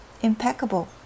impeccable